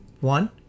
one